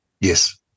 Yes